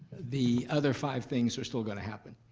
the other five things are still gonna happen.